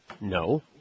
No